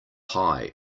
pie